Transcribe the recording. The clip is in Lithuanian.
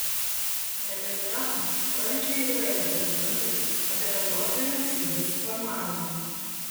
netanyahu pranešė izraelio prezidentui apie naujos vyriausybės suformavimą